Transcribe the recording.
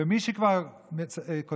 ומי שכבר כותב,